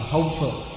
Hopeful